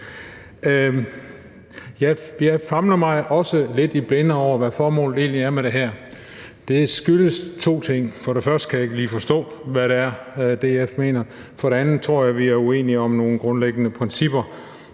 Jeg famler også lidt i blinde, i forhold til hvad formålet egentlig er med det her. Det skyldes to ting. For det første kan jeg ikke lige forstå, hvad det er, DF mener. For det andet tror jeg, vi er uenige om nogle grundlæggende principper,